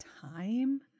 time